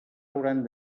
hauran